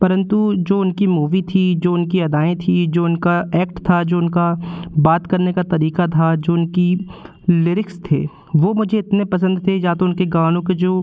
परंतु जो उनकी मूवी थी जो उनकी अदाएँ थी जो उनका ऐक्ट था जो उनका बात करने का तरीका था जो उनकी लिरिक्स थे वह मुझे इतने पसंद थे या तो उनके गानों के जो